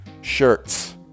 shirts